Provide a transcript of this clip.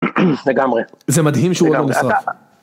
לגמרי, זה מדהים שהוא עולה בסוף.